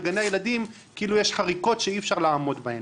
ובגני הילדים יש חריקות שאי אפשר לעמוד בהן?